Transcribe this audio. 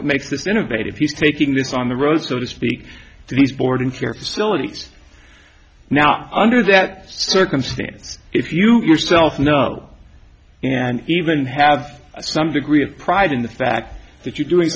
what makes this innovative he's taking this on the road so to speak to these boarding care facilities now under that circumstance if you yourself know and even have some degree of pride in the fact that you're doing